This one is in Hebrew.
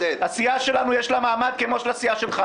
לסיעה שלנו יש מעמד כמו לסיעה שלך.